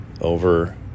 over